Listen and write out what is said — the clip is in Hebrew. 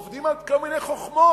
עובדים על כל מיני חוכמות,